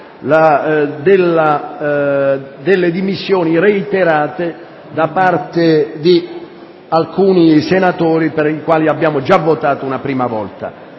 sulle dimissioni reiterate da parte di alcuni senatori, sulle quali abbiamo già votato una prima volta.